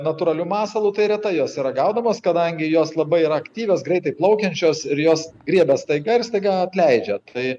natūraliu masalu tai retai jos yra gaudomos kadangi jos labai yra aktyvios greitai plaukiančios ir jos griebia staiga ir staiga atleidžia tai